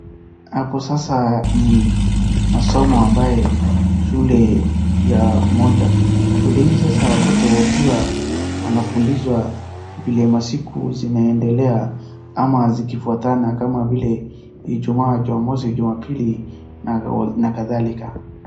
Hapo sasa ni masomo ambayo shule ya moja, shule hii sasa watoto wakiwa wanafundishwa vile masiku zinaendelea ama zikifuatana kama vile Ijumaa, Jumamosi, Jumapili, na kadhalika.